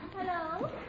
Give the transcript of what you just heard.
Hello